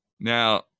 Now